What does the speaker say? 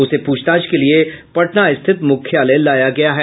उसे प्रछताछ के लिए पटना स्थित मुख्यालय लाया गया है